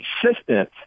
consistent